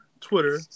Twitter